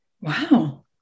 Wow